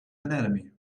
anatomy